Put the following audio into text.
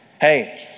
Hey